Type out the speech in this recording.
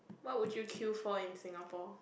what would you queue for in singapore